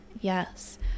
Yes